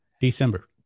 December